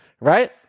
right